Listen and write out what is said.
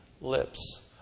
lips